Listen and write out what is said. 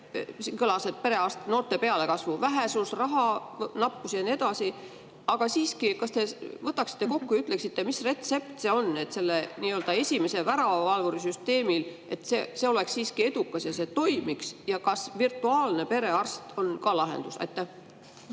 noorte perearstide pealekasvu vähesus, rahanappus ja nii edasi. Aga siiski, kas te võtaksite kokku ja ütleksite, mis oleks retsept selle nii-öelda esimese väravavalvuri süsteemi jaoks, et see oleks siiski edukas ja toimiks? Ja kas virtuaalne perearst on ka lahendus? Aitäh!